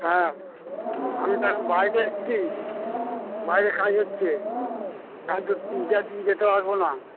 হ্যাঁ আমি তো এখন বাইরে এসছি বাইরে কাজ হচ্ছে আমি তো তিন চার দিন যেতে পারবো না